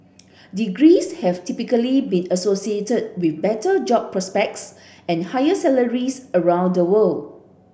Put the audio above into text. degrees have typically been associated with better job prospects and higher salaries around the world